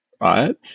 Right